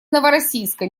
новороссийска